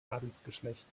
adelsgeschlecht